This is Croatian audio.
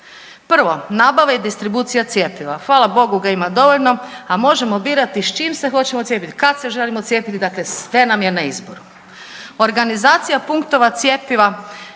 Prvo nabava i distribucija cjepiva. Hvala bogu ga ima dovoljno, a možemo birati sa čim se hoćemo cijepiti, kad se želimo cijepiti, kad se želimo cijepiti. Dakle, sve nam je na izboru. Organizacija punktova cjepiva